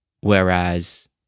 Whereas